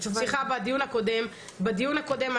בדיון הקודם,